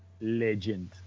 Legend